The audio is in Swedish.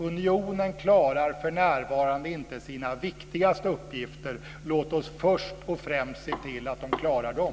Unionen klarar för närvarande inte sina viktigaste uppgifter. Låt oss först och främst se till att man klarar dem.